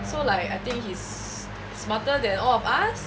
so like I think he's smarter than all of us